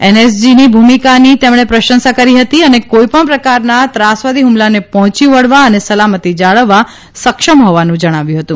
એનએસજીની ભૂમિકાની તેમણે પ્રશંસા કરી હતી અને કોઇપણ પ્રકારના ત્રાસવાદી હુમલાને પહોંચી વળવા અને સલામતિ જાળવવા સક્ષમ હોવાનું જણાવ્યું હતું